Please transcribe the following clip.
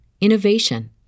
innovation